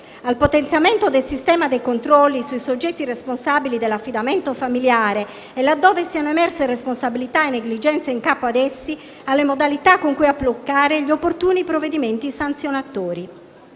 al potenziamento del sistema dei controlli sui soggetti responsabili dell'affidamento familiare e, laddove siano emerse responsabilità e negligenze in capo a essi, alle modalità con cui applicare gli opportuni provvedimenti sanzionatori.